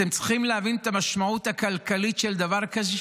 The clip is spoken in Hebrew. אתם צריכים להבין את המשמעות הכלכלית של דבר כזה,